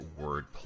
Wordplay